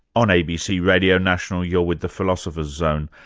on abc radio national, you're with the philosopher's zone,